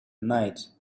night